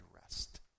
rest